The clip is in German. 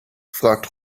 fragt